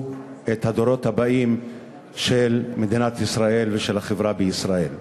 את הדורות הבאים של מדינת ישראל ושל החברה בישראל.